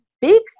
big